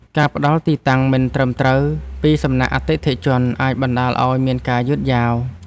ការផ្ដល់ទីតាំងមិនត្រឹមត្រូវពីសំណាក់អតិថិជន អាចបណ្ដាលឱ្យមានការយឺតយ៉ាវ។